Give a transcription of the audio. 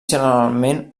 generalment